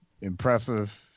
Impressive